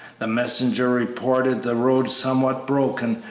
the messenger reported the road somewhat broken,